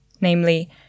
namely